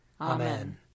Amen